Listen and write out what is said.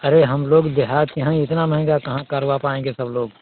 हम हम लोग देहात के हैं इतना महंगा कहाँ करवा पाएंगे सब लोग